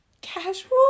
Casual